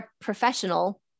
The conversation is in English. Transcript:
professional